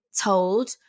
told